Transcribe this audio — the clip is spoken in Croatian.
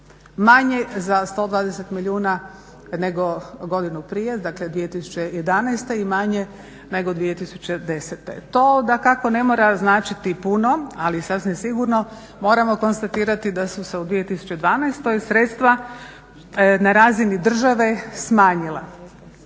manje za 120 milijuna nego godinu prije dakle 2011. i manje nego 2010. To dakako ne mora značiti puno ali sasvim sigurno moramo konstatirati da su se u 2012. sredstva na razini države smanjila